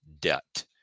debt